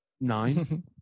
Nine